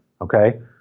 Okay